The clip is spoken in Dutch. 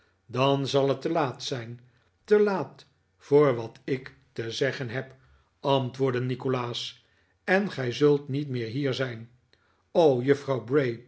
dan zal het te laat zijn te laat voor wat ik te zeggen heb antwoordde nikolaas en gij zult niet meer hier zijn o juffrouw